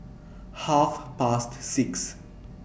Half Past six